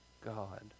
God